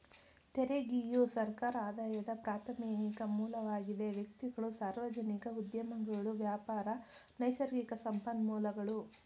ತೆರಿಗೆಯು ಸರ್ಕಾರ ಆದಾಯದ ಪ್ರಾರ್ಥಮಿಕ ಮೂಲವಾಗಿದೆ ವ್ಯಕ್ತಿಗಳು, ಸಾರ್ವಜನಿಕ ಉದ್ಯಮಗಳು ವ್ಯಾಪಾರ, ನೈಸರ್ಗಿಕ ಸಂಪನ್ಮೂಲಗಳು